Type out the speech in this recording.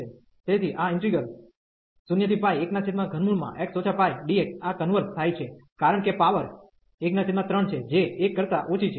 તેથી આ integral 013x πdx આ કન્વર્ઝ થાય છે કારણ કે પાવર 13 છે જે 1 કરતા ઓછી છે